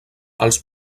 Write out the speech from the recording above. els